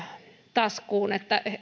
taskuun että